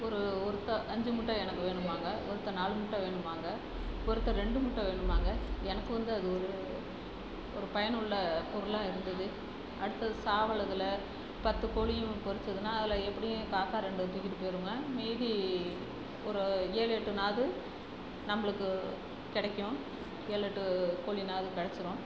ஒரு ஒருத்த அஞ்சு முட்டை எனக்கு வேணும்பாங்க ஒருத்தர் நாலு முட்ட வேணும்பாங்க ஒருத்தர் ரெண்டு முட்ட வேணும்பாங்க எனக்கு வந்து அது ஒரு ஒரு பயனுள்ள பொருளாக இருந்தது அடுத்தது சேவல் இதில் பத்துக் கோழியும் பொரிச்சதுன்னால் அதில் எப்படியும் காக்கா ரெண்டு தூக்கிட்டு போயிடுங்க மீதி ஒரு ஏழு எட்டுனாது நம்மளுக்கு கிடைக்கும் ஏழு எட்டு கோழினாது கிடச்சிரும்